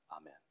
Amen